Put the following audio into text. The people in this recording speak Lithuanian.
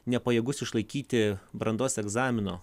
nepajėgus išlaikyti brandos egzamino